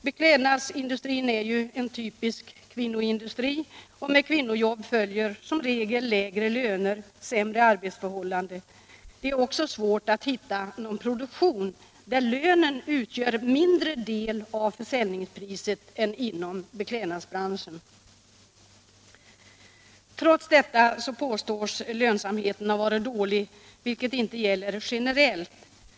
Beklädnadsindustrin är ju en typisk kvinnoindustri, och med kvinnojobb följer som regel lägre löner och sämre arbetsförhållanden. Det är också svårt att hitta någon produktion där lönen utgör mindre del av försäljningspriset än inom beklädnadsbranschen. Trots detta påstås lönsamheten ha varit dålig, vilket inte gäller ge Nr 138 nerellt.